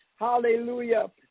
hallelujah